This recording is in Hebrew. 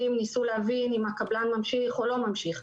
ניסו להבין אם הקבלן ממשיך או לא ממשיך.